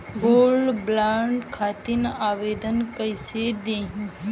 Gold bond खातिर आवेदन कैसे दिही?